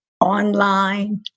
online